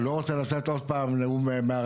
אני לא רוצה לתת עוד הפעם פה איזה נאום מרגש,